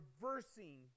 reversing